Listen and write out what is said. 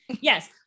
yes